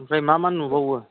ओमफ्राय मा मा नुबावो